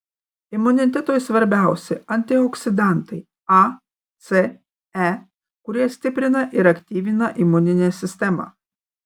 imunitetui svarbiausi antioksidantai a c e kurie stiprina ir aktyvina imuninę sistemą